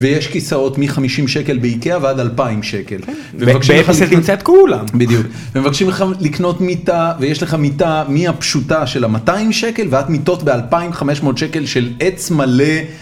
ויש כיסאות מ-50 שקל באיקאה ועד 2,000 שקל. ביחס תמצא את כולם. בדיוק. ומבקשים לכם לקנות מיטה, ויש לך מיטה מהפשוטה של ה-200 שקל, ועד מיטות ב-2,500 שקל של עץ מלא.